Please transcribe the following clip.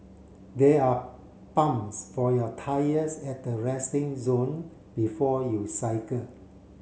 there are pumps for your tyres at the resting zone before you cycle